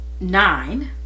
nine